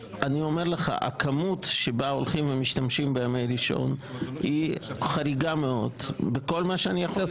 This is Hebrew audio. הכמות שבה הולכים ומשתמשים בימי ראשון היא חריגה מאוד --- בסדר,